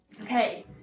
Okay